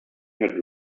had